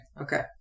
Okay